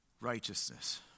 righteousness